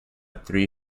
three